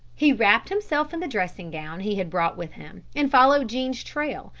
he wrapped himself in the dressing gown he had brought with him, and followed jean's trail,